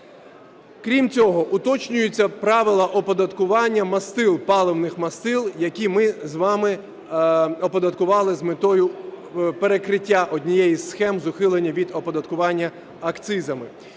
Крім цього, уточнюються правила оподаткування мастил, паливних мастил, які ми з вами оподаткували з метою перекриття однієї із схеми з ухилення від оподаткування акцизами.